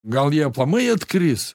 gal jie aplamai atkris